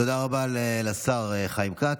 תודה רבה לשר חיים כץ.